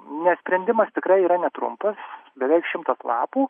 ne sprendimas tikrai yra netrumpas beveik šimtas lapų